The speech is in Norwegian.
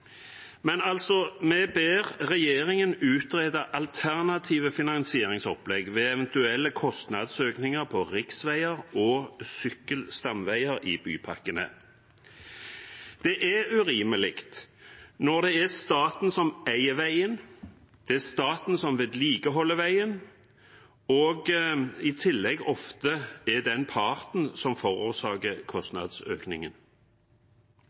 Men vi ber altså regjeringen om å utrede alternative finansieringsopplegg ved eventuelle kostnadsøkninger på riksveier og sykkelstamveier i bypakkene. Det er urimelig når staten, som eier og vedlikeholder veien, i tillegg ofte er den parten som forårsaker